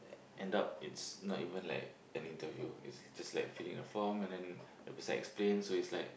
end up it's not even like an interview it's just like filling a form and then the person explain so it's like